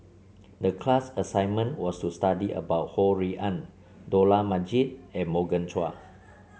the class assignment was to study about Ho Rui An Dollah Majid and Morgan Chua